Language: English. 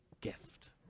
gift